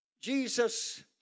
Jesus